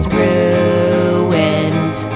ruined